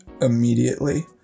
immediately